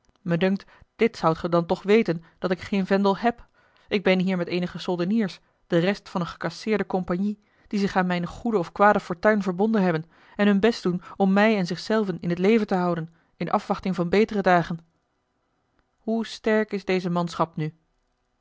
dunkt dit zoudt ge dan toch weten dat ik geen vendel heb ik ben hier met eenige soldeniers de rest van eene gecasseerde compagnie die zich aan mijne goede of kwade fortuin verbonden hebben en hun best doen om mij en zich zelven in t leven te houden in afwachting van betere dagen hoe sterk is deze manschap nu